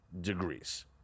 degrees